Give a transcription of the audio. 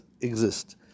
exist